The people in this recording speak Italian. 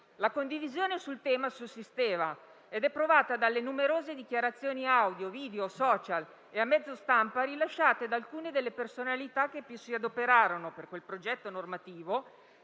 La condivisione sul tema sussisteva ed è provata dalle numerose dichiarazioni audio, video e *social* o a mezzo stampa rilasciate da alcune delle personalità che più si adoperarono per quel progetto normativo,